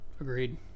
agreed